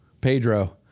Pedro